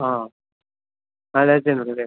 ആ നാലായിരത്തെണ്ണൂറ് അല്ലെ